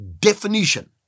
definition